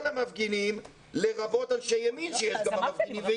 כל המפגינים לרבות אנשי ימין שיש גם במפגינים,